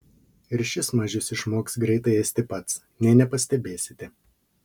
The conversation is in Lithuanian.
ir šis mažius išmoks greitai ėsti pats nė nepastebėsite